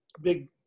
big